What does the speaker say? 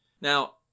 Now